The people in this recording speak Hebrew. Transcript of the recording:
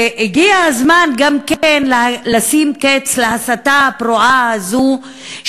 והגיע הזמן גם לשים קץ להסתה הפרועה הזאת,